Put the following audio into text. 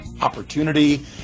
opportunity